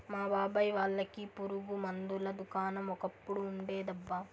మా బాబాయ్ వాళ్ళకి పురుగు మందుల దుకాణం ఒకప్పుడు ఉండేదబ్బా